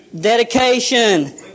Dedication